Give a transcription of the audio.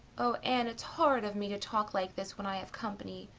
oh anne, it's horrid of me to talk like this when i have company.